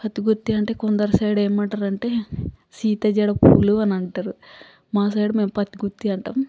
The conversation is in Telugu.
పత్తి గుత్తి అంటే కొందరి సైడు ఏమంటారంటే సీత జడ పూలు అని అంటారు మా సైడు మేము పత్తి గుత్తి అంటాం